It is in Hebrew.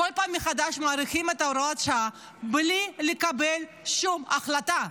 בכל פעם מחדש מאריכים את הוראת השעה בלי לקבל שום החלטה.